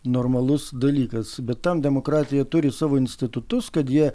normalus dalykas bet tam demokratija turi savo institutus kad jie